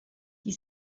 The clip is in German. die